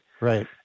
Right